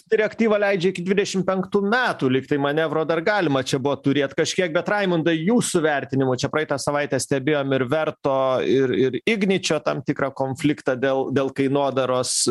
direktyva leidžia iki dvidešimt penktų metų likt tai manevro dar galima čia buvo turėt kažkiek bet raimundai jūsų vertinimu čia praeitą savaitę stebėjom ir verto ir ir igničio tam tikrą konfliktą dėl dėl kainodaros